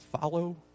follow